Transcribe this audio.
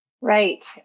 Right